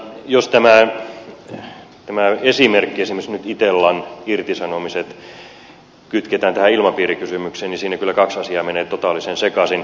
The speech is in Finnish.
mutta jos tämä esimerkki itellan irtisanomiset kytketään tähän ilmapiirikysymykseen niin siinä kyllä kaksi asiaa menee totaalisen sekaisin